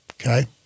okay